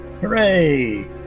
Hooray